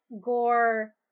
Gore